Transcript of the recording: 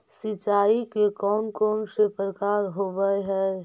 सिंचाई के कौन कौन से प्रकार होब्है?